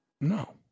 No